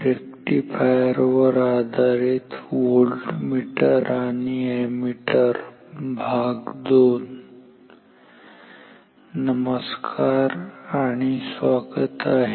rectifier वर आधारित voltmeter आणि अॅमीटर- II नमस्कार आणि स्वागत आहे